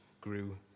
grew